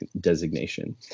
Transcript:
designation